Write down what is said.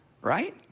right